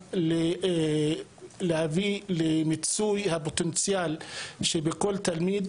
שיכולה להביא למיצוי הפוטנציאל שבכל תלמיד,